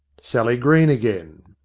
sally green again!